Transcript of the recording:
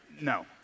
No